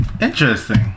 interesting